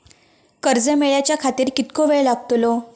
कर्ज मेलाच्या खातिर कीतको वेळ लागतलो?